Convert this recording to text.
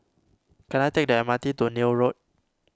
can I take the M R T to Neil Road